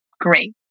great